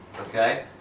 Okay